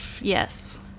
Yes